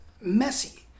messy